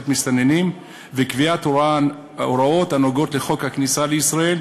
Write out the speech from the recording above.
מסתננים וקביעת הוראות הנוגעות לחוק הכניסה לישראל,